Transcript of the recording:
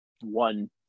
one